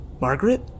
Margaret